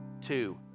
two